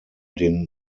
den